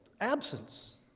absence